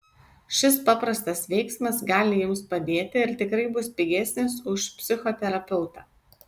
šis paprastas veiksmas gali jums padėti ir tikrai bus pigesnis už psichoterapeutą